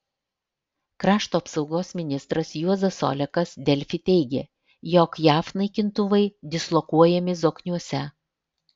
krašto apsaugos ministras juozas olekas delfi teigė jog jav naikintuvai dislokuojami zokniuose